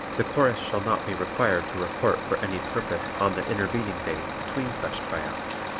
the chorus shall not be required to report for any purpose on the intervening days between such tryouts.